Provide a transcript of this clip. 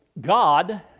God